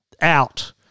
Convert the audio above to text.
out